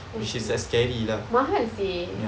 oh shit mahal seh